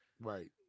Right